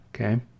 okay